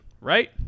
right